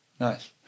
Nice